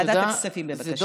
לוועדת הכספים, בבקשה.